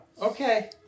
Okay